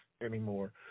anymore